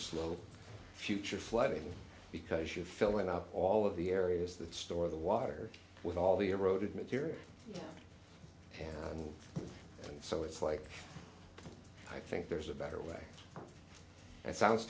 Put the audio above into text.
slope future flooding because you're filling up all of the areas that store the water with all the eroded material and so it's like i think there's a better way that sounds